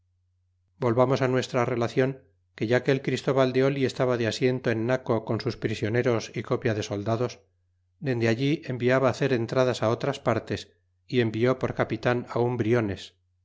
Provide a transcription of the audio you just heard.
volvamos nuestra relacion que ya que el christóval de gli estaba de asiento en naco con sus prisioneros y copia de soldados dende allí enviaba hacer entradas otras partes y envió por capitan un briones